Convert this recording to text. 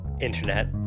internet